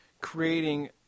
creating